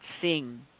sing